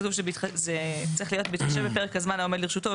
זה צריך להיות "בהתחשב בפרק הזמן העומד לרשותו,